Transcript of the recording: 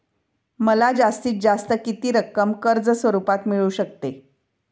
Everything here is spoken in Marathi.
मला जास्तीत जास्त किती रक्कम कर्ज स्वरूपात मिळू शकते?